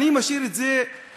אני משאיר את זה באוויר,